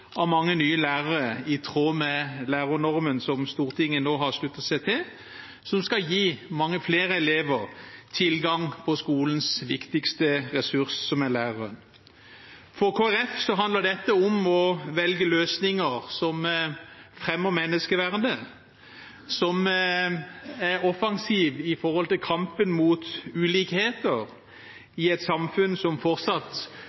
av mange nye lærere i tråd med lærernormen som Stortinget nå har sluttet seg til, som skal gi mange flere elever tilgang på skolens viktigste ressurs, som er læreren. For Kristelig Folkeparti handler dette om å velge løsninger som fremmer menneskeverdet, og som er offensive i kampen mot ulikheter i et samfunn som fortsatt